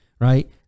right